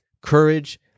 courage